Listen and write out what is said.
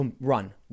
run